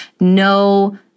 No